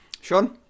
Sean